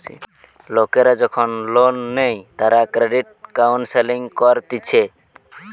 লোকরা যখন লোন নেই তারা ক্রেডিট কাউন্সেলিং করতিছে